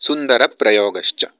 सुन्दरः प्रयोगश्च